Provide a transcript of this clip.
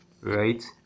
right